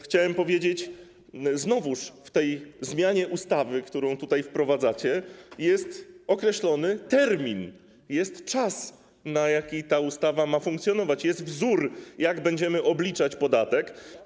Chciałem powiedzieć, że w tej zmianie ustawy, którą wprowadzacie, znowu jest określony termin, jest czas, na jaki ta ustawa ma funkcjonować, jest wzór, jak będziemy obliczać podatek.